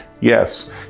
Yes